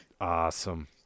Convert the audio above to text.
Awesome